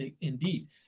indeed